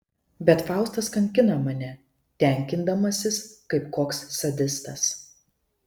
bet faustas kankina mane tenkindamasis kaip koks sadistas